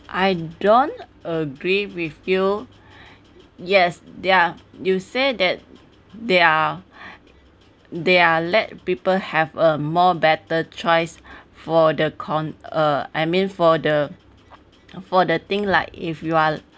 I don't agree with you yes yeah you said that they are they are let people have a more better choice for the con~ uh I mean for the for the thing like if you are